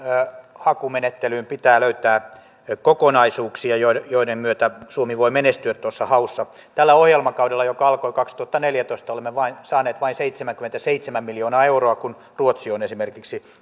hakumenettelyyn pitää löytää kokonaisuuksia joiden joiden myötä suomi voi menestyä tuossa haussa tällä ohjelmakaudella joka alkoi kaksituhattaneljätoista olemme saaneet vain seitsemänkymmentäseitsemän miljoonaa euroa kun ruotsi on esimerkiksi